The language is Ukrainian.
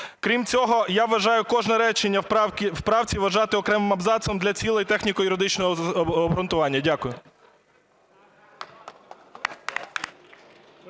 Крім цього, я вважаю, кожне речення в правці вважати окремим абзацом для цілей техніко-юридичного обґрунтування. Дякую.